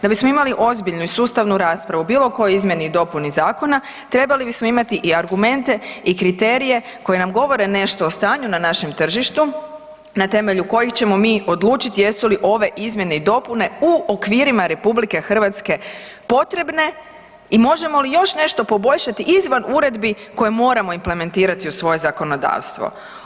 Da bismo imali ozbiljnu i sustavu raspravu u bilo kojoj izmjeni i dopuni zakona trebali bismo imati i argumente i kriterije koji nam govore nešto o stanju na našem tržištu na temelju kojih ćemo mi odlučit jesu li ove izmjene i dopune u okvirima RH potrebne i možemo li još nešto poboljšati izvan uredbi koje moramo implementirati u svoje zakonodavstvo.